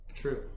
True